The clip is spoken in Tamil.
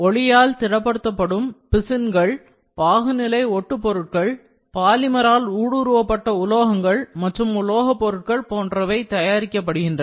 ஒளியால் திட படுத்தப்படும் பிசிங்கள் பாகுநிலை ஒட்டு பொருட்கள் பாலிமரால் ஊடுருவப்பட்ட உலோகங்கள் உலோக பொருட்கள் போன்றவை தயாரிக்கப்படுகின்றன